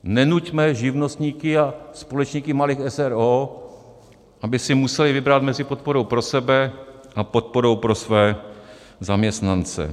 Nenuťme živnostníky a společníky malých eseróček, aby si museli vybrat mezi podporou pro sebe a podporou pro své zaměstnance.